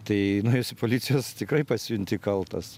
tai nuėjus į policijos tikrai pasijunti kaltas